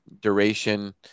duration